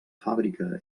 fàbrica